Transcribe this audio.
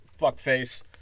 fuckface